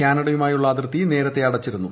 കാനഡയുമായുള്ള അതിർത്തി നേരത്തേ അടച്ചിരുന്നു